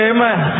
Amen